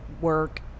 work